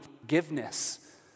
forgiveness